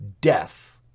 death